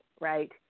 right